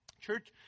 church